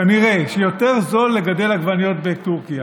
כנראה שיותר זול לגדל עגבניות בטורקיה,